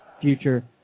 Future